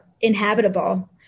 inhabitable